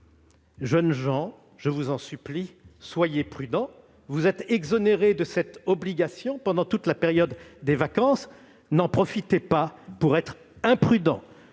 Jeunes gens, je vous en supplie, soyez prudents ! Vous êtes exonérés de cette obligation pendant toute la période des vacances. Ne commettez pas d'imprudences